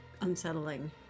unsettling